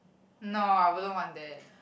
no I wouldn't want that